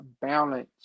balance